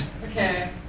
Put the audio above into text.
Okay